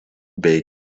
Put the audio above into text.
bei